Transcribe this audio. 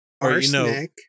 Arsenic